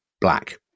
black